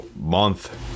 month